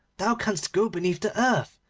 thou canst go beneath the earth.